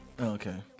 Okay